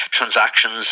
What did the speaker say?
transactions